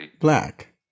Black